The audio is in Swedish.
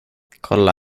kolla